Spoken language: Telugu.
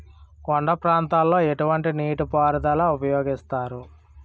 కొండ ప్రాంతాల్లో ఎటువంటి నీటి పారుదల ఉపయోగిస్తారు?